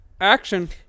action